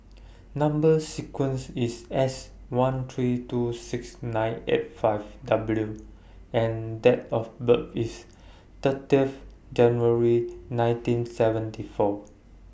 Number sequence IS S one three two six nine eight five W and Date of birth IS thirtieth January nineteen seventy four